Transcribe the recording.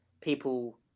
people